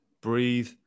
breathe